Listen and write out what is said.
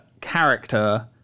character